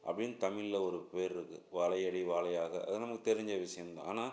அப்படின்னு தமிழில் ஒரு பேர் இருக்குது வாழையடி வாழையாக அதல்லாம் நமக்கு தெரிஞ்ச விஷயந்தான் ஆனால்